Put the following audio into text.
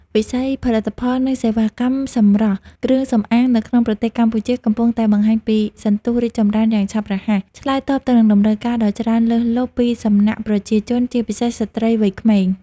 វិស័យផលិតផល និងសេវាកម្មសម្រស់ គ្រឿងសម្អាង នៅក្នុងប្រទេសកម្ពុជា កំពុងតែបង្ហាញពីសន្ទុះរីកចម្រើនយ៉ាងឆាប់រហ័ស ឆ្លើយតបទៅនឹងតម្រូវការដ៏ច្រើនលើសលប់ពីសំណាក់ប្រជាជន ជាពិសេសស្រ្តីវ័យក្មេង។